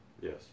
Yes